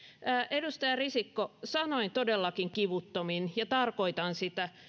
edustaja risikko sanoin todellakin kivuttomin ja tarkoitan sitä